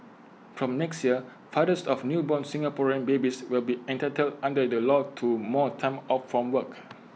from next year fathers of newborn Singaporean babies will be entitled under the law to more time off from work